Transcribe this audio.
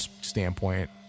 standpoint